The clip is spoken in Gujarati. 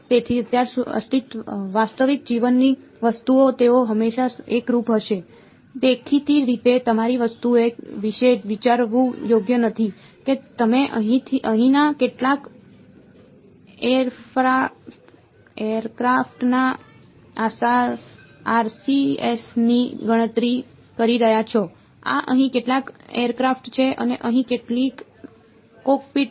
તેથી અત્યારે વાસ્તવિક જીવનની વસ્તુઓ તેઓ હંમેશા એકરૂપ હશે દેખીતી રીતે તમારી વસ્તુઓ વિશે વિચારવું યોગ્ય નથી કે તમે અહીંના કેટલાક એરક્રાફ્ટના આરસીએસની ગણતરી કરી રહ્યા છો આ અહીં કેટલાક એરક્રાફ્ટ છે અને અહીં કેટલીક કોકપિટ છે